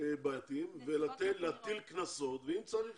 בעייתיים ולהטיל קנסות ואם צריך